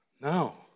No